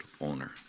owner